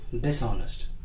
dishonest